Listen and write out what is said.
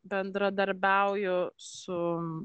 bendradarbiauju su